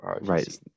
right